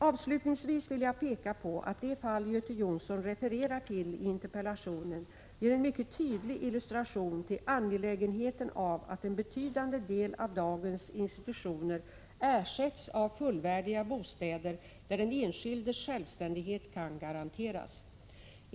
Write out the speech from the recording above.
Avslutningsvis vill jag peka på att det fall Göte Jonsson refererar till i interpellationen ger en mycket tydlig illustration till hur angeläget det är att en betydande del av dagens institutioner ersätts av fullvärdiga bostäder där den enskildes självständighet kan garanteras.